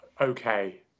okay